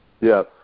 Yes